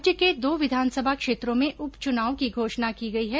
राज्य के दो विधानसभा क्षेत्रों में उपचुनाव की घोषणा की गई है